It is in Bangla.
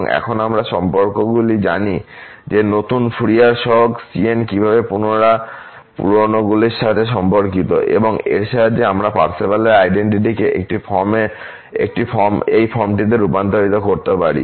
এবং এখন আমরা সম্পর্কগুলি জানি যে নতুন ফুরিয়ার সহগ cn কীভাবে পুরানো গুলির সাথে সম্পর্কিত এবং এর সাহায্যে আমরা এই পার্সেভালের আইডেন্টিটিকে এই ফর্মটিতে রূপান্তর করতে পারি